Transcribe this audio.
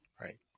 Right